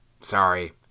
Sorry